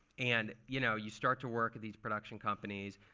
and you know you start to work at these production companies.